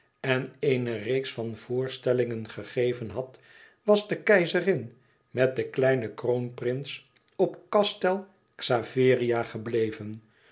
en eene reeks van voorstellingen gegeven had was de keizerin met den kleinen kroonprins op castel xaveria gebleven